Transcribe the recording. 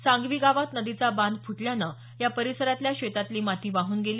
सांगवी गावात नदीचा बांध फुटल्यानं या परिसरातल्या शेतातली माती वाहून गेली